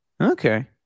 Okay